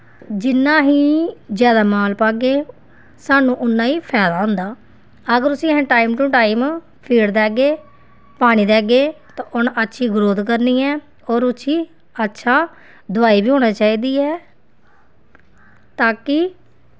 जिन्ना अस जादा माल पागे उन्ना गै स्हानू फैदा होंदा अगर अस उसी टाईम टू टीाईम फीड देगे पानी देगे तो उन्न अच्छी ग्रोथ करनी ऐं अच्छी दवाई बी होनी चाही दी ऐ तां